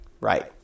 Right